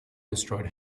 destroyed